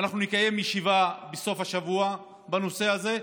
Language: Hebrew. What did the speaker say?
ואנחנו נקיים ישיבה בסוף השבוע בנושא הזה,